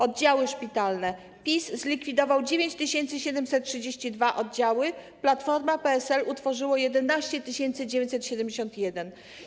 Oddziały szpitalne - PiS zlikwidował 9732 oddziały, Platforma i PSL utworzyły 11 971.